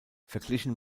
verglichen